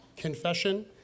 confession